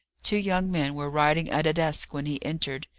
two young men were writing at a desk when he entered.